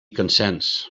consents